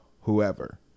whoever